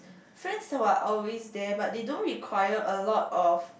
friends who are always there but they don't require a lot of